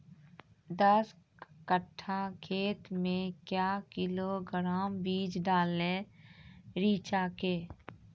दस कट्ठा खेत मे क्या किलोग्राम बीज डालने रिचा के?